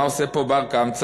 מה עושה פה בר-קמצא?